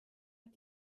hat